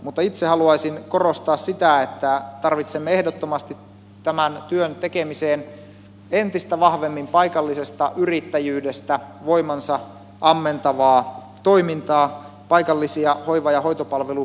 mutta itse haluaisin korostaa sitä että tarvitsemme ehdottomasti tämän työn tekemiseen entistä vahvemmin paikallisesta yrittäjyydestä voimansa ammentavaa toimintaa paikallisia hoiva ja hoitopalveluyrityksiä